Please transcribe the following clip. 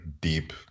deep